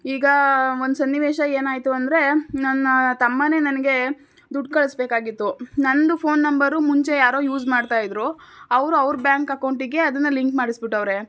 ಈಗ ಒಂದು ಸನ್ನಿವೇಶ ಏನಾಯಿತು ಅಂದರೆ ನನ್ನ ತಮ್ಮನೆ ನನಗೆ ದುಡ್ಡು ಕಳಿಸ್ಬೇಕಾಗಿತ್ತು ನಂದು ಫೋನ್ ನಂಬರು ಮುಂಚೆ ಯಾರೋ ಯೂಸ್ ಮಾಡ್ತಾ ಇದ್ದರು ಅವರು ಅವ್ರ ಬ್ಯಾಂಕ್ ಅಕೌಂಟಿಗೆ ಅದನ್ನು ಲಿಂಕ್ ಮಾಡಿಸಿಬಿಟ್ಟವರೆ